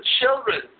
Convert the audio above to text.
children